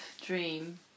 dream